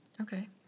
Okay